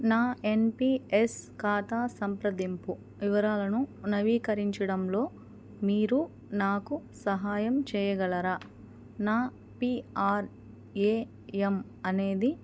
నా ఎన్పియస్ ఖాతా సంప్రదింపు వివరాలను నవీకరించడంలో మీరు నాకు సహాయం చేయగలరా నా పిఆర్ఏఏం అనేది